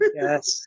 Yes